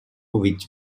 which